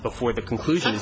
before the conclusion